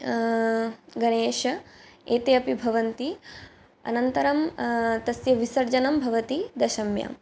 गणेशः एते अपि भवन्ति अनन्तरं तस्य विसर्जनं भवति दशम्यां